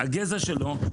הגזע שלו,